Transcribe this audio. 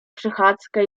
przechadzkę